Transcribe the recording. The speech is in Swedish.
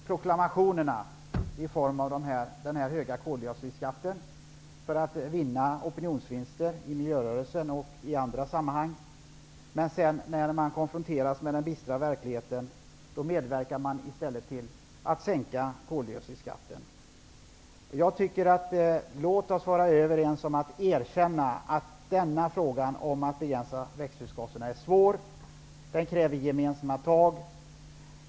Proklamationerna om den höga koldioxidskatten fanns för att vinna opinionsvinster i miljörörelsen och i andra sammanhang. När man sedan konfronteras med den bistra verkligheten, medverkar man i stället till att sänka koldioxidskatten. Låt oss vara överens om och erkänna att frågan om att begränsa växthusgaserna är svår. Den kräver gemensamma tag.